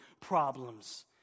problems